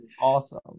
awesome